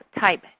type